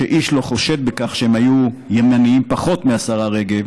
שאיש לא חושד בכך שהם היו ימנים פחות מהשרה רגב,